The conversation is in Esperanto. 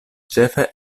ĉefe